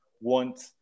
want